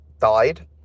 died